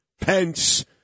Pence